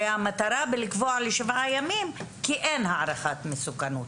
הרי המטרה בקביעת שבעה ימים היא כי אין הערכת מסוכנות.